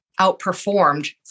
outperformed